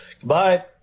Goodbye